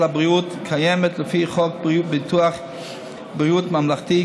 הבריאות קיימת לפי חוק ביטוח בריאות ממלכתי.